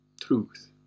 truth